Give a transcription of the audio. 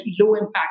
low-impact